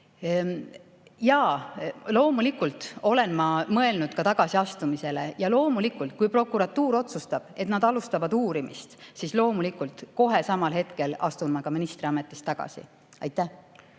Jaa, loomulikult olen ma mõelnud tagasiastumisele ja loomulikult, kui prokuratuur otsustab, et nad alustavad uurimist, siis loomulikult kohe samal hetkel astun ma ka ministriametist tagasi.